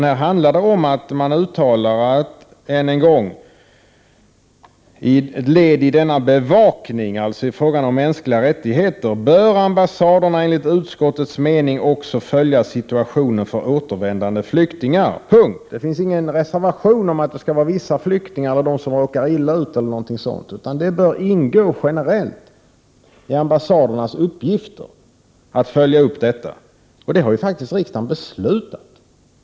Här handlar det om att man än en gång uttalar att som ett led i denna bevakning — alltså i fråga om mänskliga rättigheter — bör ambassaderna enligt utskottets mening också följa situationen för återvändande flyktingar. Det finns ingen reservation om att det skall vara vissa flyktingar eller de som råkar illa ut eller något sådant, utan det bör ingå generellt i ambassadernas uppgifter att följa upp detta. Det har riksdagen faktiskt beslutat.